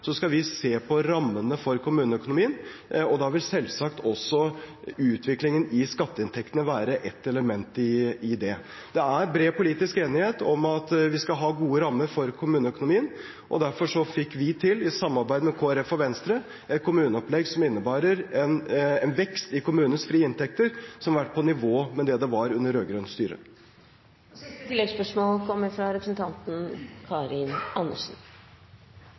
skal vi se på rammene for kommuneøkonomien, og da vil selvsagt også utviklingen i skatteinntektene være et element i det. Det er bred politisk enighet om at vi skal ha gode rammer for kommuneøkonomien. Derfor fikk vi til, i samarbeid med Kristelig Folkeparti og Venstre, et kommuneopplegg som innebærer en vekst i kommunenes frie inntekter som er på nivå med det de var under